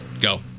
Go